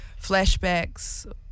flashbacks